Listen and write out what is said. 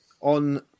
on